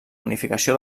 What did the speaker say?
unificació